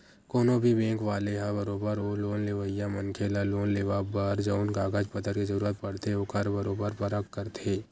कोनो भी बेंक वाले ह बरोबर ओ लोन लेवइया मनखे ल लोन लेवब बर जउन कागज पतर के जरुरत पड़थे ओखर बरोबर परख करथे